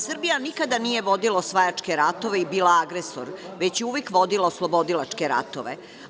Srbija nikada nije vodila osvajačke ratove i bila agresor, već je uvek vodila oslobodilačke ratove.